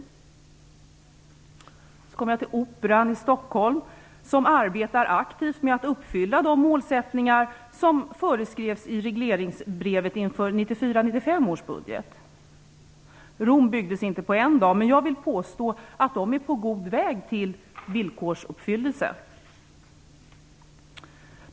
Så kommer jag till Operan i Stockholm, som arbetar aktivt med att uppfylla de mål som föreskrevs i regleringsbrevet inför 1994/95 års budget. Rom byggdes inte på en dag, men jag vill påstå att Operan i Stockholm är på god väg mot villkorsuppfyllelse.